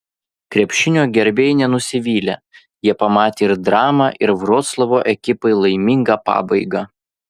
krepšinio gerbėjai nenusivylė jie pamatė ir dramą ir vroclavo ekipai laimingą pabaigą